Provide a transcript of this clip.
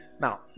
Now